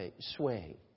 sway